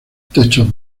techos